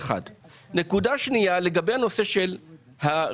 נקודה שנייה לגבי נושא הריביות.